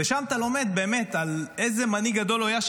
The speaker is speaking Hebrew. ושם אתה לומד באמת על איזה מנהיג גדול הוא היה,